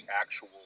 actual